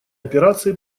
операции